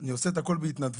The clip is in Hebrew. אני עושה את הכל בהתנדבות.